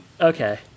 Okay